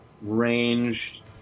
ranged